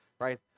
right